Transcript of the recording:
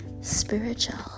spiritual